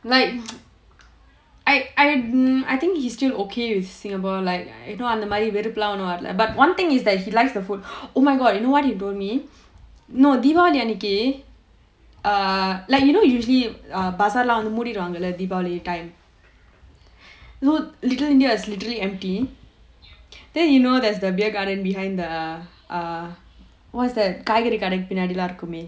like I I I think he's still okay with singapore like you know அந்த மாதிரி வெறுப்புலாம் ஒன்னும் வரல:antha maathiri verupulaam onnum varla but one thing is that he likes the food oh my god you know what he told me no deepavali அன்னைக்கு:annaikku err like you know usually bazaar லாம் வந்து மூடிருவாங்கல:laam vanthu moodiruvaangala deepavali time so little india is literally empty then you know there's the beer garden behind the err what's that காய்கறி கடைக்கு பின்னாடி லாம் இருக்குமே:kaaikari kadaikku pinnaadi laam irukkumae